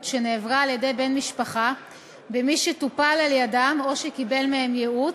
שנעברה על-ידי בן משפחה במי שטופל על-ידם או שקיבל מהם ייעוץ,